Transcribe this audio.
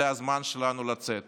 לצאת